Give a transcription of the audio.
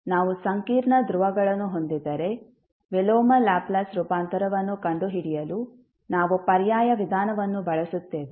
ಆದ್ದರಿಂದ ನಾವು ಸಂಕೀರ್ಣ ಧ್ರುವಗಳನ್ನು ಹೊಂದಿದ್ದರೆ ವಿಲೋಮ ಲ್ಯಾಪ್ಲೇಸ್ ರೂಪಾಂತರವನ್ನು ಕಂಡುಹಿಡಿಯಲು ನಾವು ಪರ್ಯಾಯ ವಿಧಾನವನ್ನು ಬಳಸುತ್ತೇವೆ